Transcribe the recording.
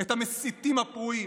את המסיתים הפרועים.